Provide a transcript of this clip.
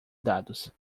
dados